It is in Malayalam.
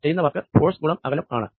ചെയ്യുന്ന വർക്ക് ഫോഴ്സ് ഗുണം അകലം ആണ്